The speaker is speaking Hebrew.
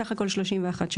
סך הכול 31 שעות.